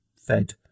fed